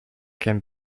can